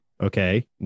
Okay